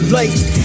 light